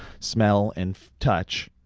smell, and touch.